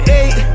eight